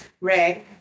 Ray